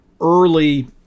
early